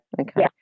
Okay